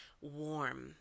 warm